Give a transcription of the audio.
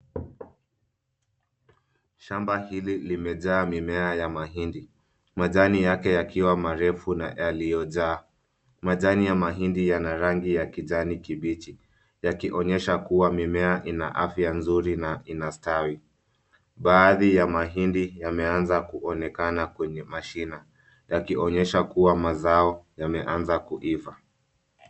Shamba hili limejaa mimea ya mahindi, majani yake yakiwa marefu na yaliyojaa. Majani ya mahindi yana rangi ya kijani kibichi, yakionyesha kuwa mimea ina afya nzuri na inastawi. Baadhi ya mahindi yameanza kuonekana kwenye mashina yakionyesha kuwa mazao yameanza kuiva.